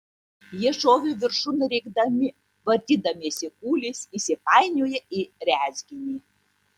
jie šovė viršun rėkdami vartydamiesi kūliais įsipainioję į rezginį